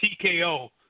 TKO